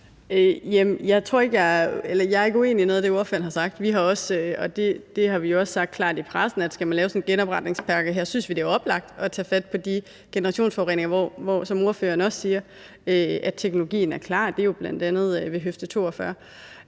Jeg er ikke uenig i noget af det, ordføreren har sagt. Vi har også sagt, og det har vi også sagt klart i pressen, at skal man lave sådan en genopretningspakke, er det oplagt at tage fat på de generationsforureninger, hvor, som ordføreren også siger, teknologien er klar. Det er jo bl.a. giftdepotet